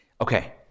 Okay